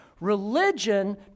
Religion